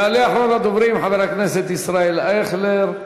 יעלה אחרון הדוברים, חבר הכנסת ישראל אייכלר,